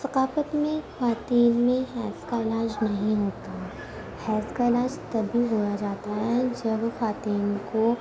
ثقافت میں خواتین میں حیض کا علاج نہیں ہوتا ہے حیض کا علاج تبھی ہوا جاتا ہے جب خواتین کو